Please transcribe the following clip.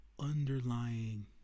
underlying